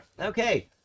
Okay